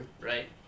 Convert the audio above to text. right